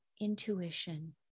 intuition